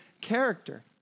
character